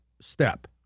step